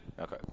Okay